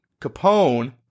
Capone